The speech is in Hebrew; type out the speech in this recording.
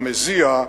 המזיע,